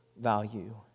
value